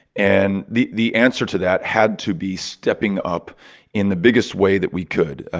and the the answer to that had to be stepping up in the biggest way that we could,